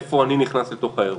איפה אני נכנס לתוך האירוע.